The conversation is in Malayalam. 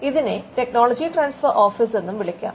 ഇതിനെ ടെക്നോളജി ട്രാൻസ്ഫർ ഓഫീസ് എന്നും വിളിക്കാം